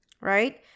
right